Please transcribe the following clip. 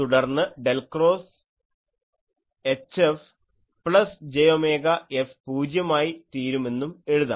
തുടർന്ന് del cross HF plus j omega F പൂജ്യമായി തീരുമെന്നും എഴുതാം